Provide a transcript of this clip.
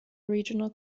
regional